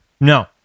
No